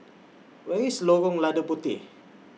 Where IS Lorong Lada Puteh